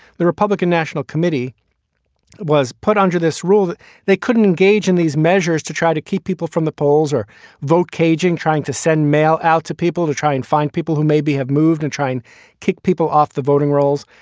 the republican national committee was put under this rule that they couldn't engage in these measures to try to keep people from the polls or vote caging, caging, trying to send mail out to people to try and find people who maybe have moved and try and kick people off the voting rolls.